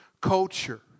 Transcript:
culture